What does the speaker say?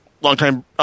long-time